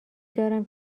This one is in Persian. دارم